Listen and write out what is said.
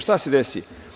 Šta se desi?